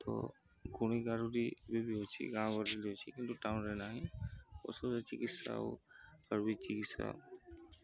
ତ ଗୁଣି ଗାରେଡ଼ି ଏବେବି ବି ଅଛି ଗାଁ ଗହଳିରେ ବି ଅଛି କିନ୍ତୁ ଟାଉନରେ ନାହିଁ ଔଷଧ ଚିକିତ୍ସା ଆଉ ଆର୍ୟୁବେଦ ଚିକିତ୍ସା